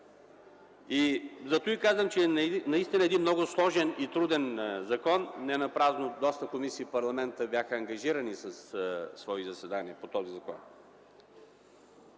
Затова казвам, че наистина е един много сложен и труден закон. Ненапразно доста комисии в парламента бяха ангажирани със свои заседания по този закон.